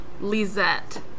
Lizette